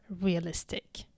realistic